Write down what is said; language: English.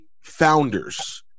founders